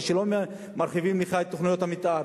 כשלא מרחיבים לך את תוכניות המיתאר,